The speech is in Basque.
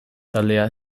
taldea